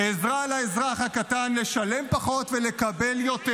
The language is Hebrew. עזרה לאזרח הקטן לשלם פחות ולקבל יותר